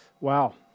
Wow